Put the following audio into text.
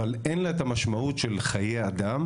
אבל אין לה את המשמעויות של פגיעה בחיי אדם,